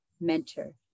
mentor